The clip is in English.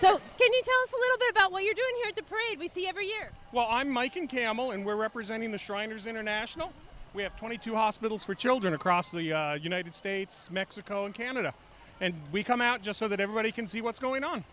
c every year while i'm making camel and we're representing the shriners international we have twenty two hospitals for children across the united states mexico and canada and we come out just so that everybody can see what's going on